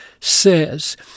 says